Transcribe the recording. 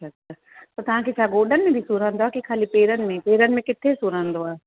अछा अछा त तव्हांखे छा ॻोडनि में बि सूरु रहंदो आहे की ख़ाली पेरनि में पेरनि में किथे सूरु रहंदो आहे